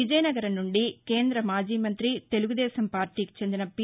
విజయనగరం నుండి కేంద్ర మాజీమంతి తెలుగుదేశం పార్టీకి చెందిన పి